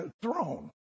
throne